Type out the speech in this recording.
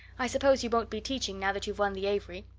i suppose you won't be teaching now that you've won the avery?